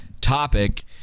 topic